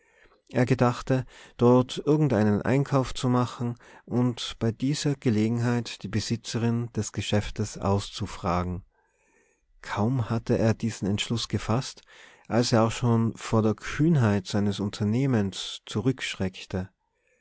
er gedachte dort irgendeinen einkauf zu machen und bei dieser gelegenheit die besitzerin des geschäftes auszufragen kaum hatte er diesen entschluß gefaßt als er auch schon vor der kühnheit seines unternehmens